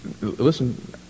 Listen